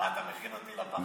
אה, אתה מכין אותי לפרשות הבאות?